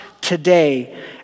today